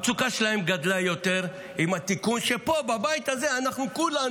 המצוקה שלהם גדלה יותר עם התיקון שכולנו פה בבית הזה רצינו,